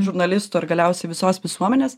žurnalisto ir galiausiai visos visuomenės